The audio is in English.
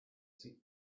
sit